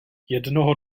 jednoho